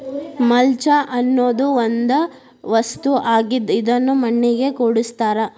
mulch ಅನ್ನುದು ಒಂದ ವಸ್ತು ಆಗಿದ್ದ ಇದನ್ನು ಮಣ್ಣಿಗೆ ಕೂಡಸ್ತಾರ